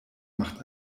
macht